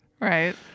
Right